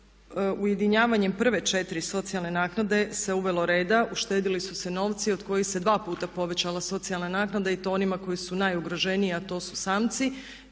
ujedinjavanjem prve četiri socijalne naknade se uvelo reda, uštedili su se novci od kojih se dva puta povećala socijalna naknada i to onima koji su najugroženiji a to su samci